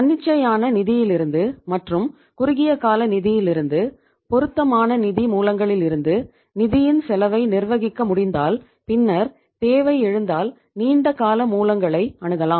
தன்னிச்சையான நிதியிலிருந்து மற்றும் குறுகிய கால நிதியிலிருந்து பொருத்தமான நிதி மூலங்களிலிருந்து நிதியின் செலவை நிர்வகிக்க முடிந்தால் பின்னர் தேவை எழுந்தால் நீண்ட கால மூலங்களை அணுகலாம்